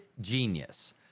Genius